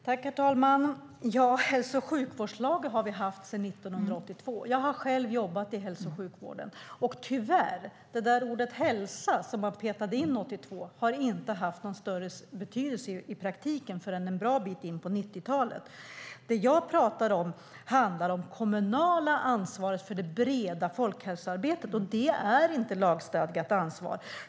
Herr talman! Hälso och sjukvårdslagen har vi haft sedan 1982. Jag har själv jobbat inom hälso och sjukvården. Ordet "hälsa", som man petade in 1982, har tyvärr inte haft någon större betydelse i praktiken förrän en bra bit in på 90-talet. Det jag pratade om handlar om det kommunala ansvaret för det breda folkhälsoarbetet. Det är inte något lagstadgat ansvar.